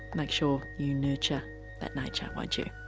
make sure you nurture that nature won't you